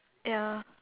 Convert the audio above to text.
ya